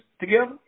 together